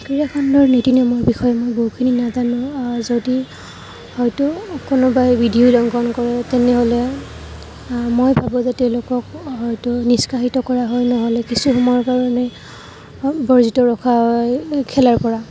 ক্ৰীড়াখণ্ডৰ নীতি নিয়মৰ বিষয়ে মই বহুখিনি নাজানো যদি হয়তো কোনোৱাই বিধি উলংঘন কৰে তেনেহ'লে মই ভাবো যে তেওঁলোকক হয়তো নিষ্কাষিত কৰা হয় ন'হলে কিছু সময়ৰ কাৰণে বৰ্জিত ৰখা হয় খেলাৰপৰা